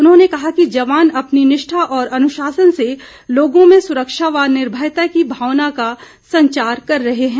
उन्होंने कहा कि जवान अपनी निष्ठा और अनुशासन से लोगों में सुरक्षा व निर्भयता की भावना का संचार कर रहे हैं